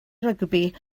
rygbi